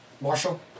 Marshall